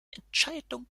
entscheidung